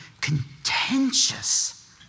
contentious